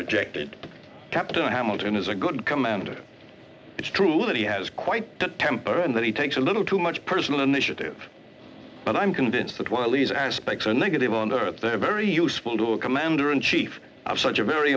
rejected captain hamilton is a good commander it's true that he has quite a temper and that he takes a little too much personal initiative but i'm convinced that while these aspects are negative on earth they are very useful to a commander in chief of such a very